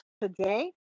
today